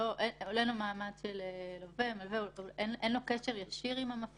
אולי לשקול הקלה לשנים הראשונות כפי שעשו בעניין הפקדת מזומן כשבשנים